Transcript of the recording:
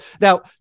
Now